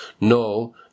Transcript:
no